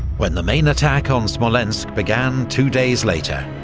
when the main attack on smolensk began two days later,